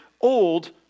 Old